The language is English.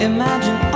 Imagine